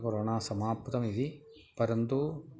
corona समाप्तमिति परन्तु